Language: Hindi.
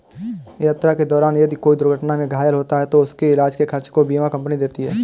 यात्रा के दौरान यदि कोई दुर्घटना में घायल होता है तो उसके इलाज के खर्च को बीमा कम्पनी देती है